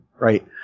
right